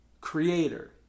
creator